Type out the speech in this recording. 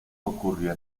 ocurrió